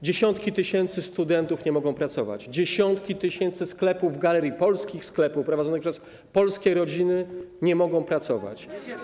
Dziesiątki tysięcy studentów nie mogą pracować, dziesiątki tysięcy sklepów, galerii, polskich sklepów prowadzonych przez polskie rodziny nie może pracować.